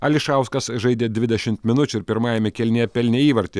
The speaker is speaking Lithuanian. ališauskas žaidė dvidešimt minučių ir pirmajame kėlinyje pelnė įvartį